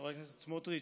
חבר הכנסת סמוטריץ',